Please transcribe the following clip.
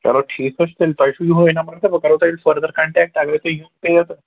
چلو ٹھیٖک حظ چھُ تیٚلہِ تۄہہِ چھُو یِہوٚے نمبر تہٕ بہٕ کَرہو تۄہہِ فٔردر کَنٹیکٹہٕ اگرے تۄہہِ یُن پیٚیو تہٕ